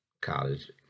college